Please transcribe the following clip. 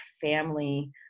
family